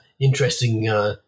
Interesting